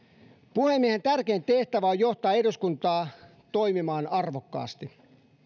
puhemiehen tärkein tehtävä on johtaa eduskuntaa toimimaan arvokkaasti